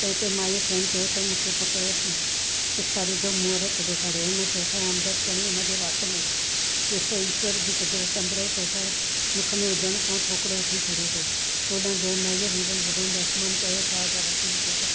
त हिते माई खेनि चयो त मूंखे पुटु जो पछाड़ीअ जो मुंहुं त ॾेखारियो हिन सेसा ऐं अमृत खणी हिनजे वात में ॾिसो ईश्वर जी कुदरति अमृत सेसा मुख में विझण सां छोकिरो उथी खड़ो थियो होॾां जंहिं माईअ वीरल भॻवान जो अपमानु कयो सा घरु अची ॾिसे त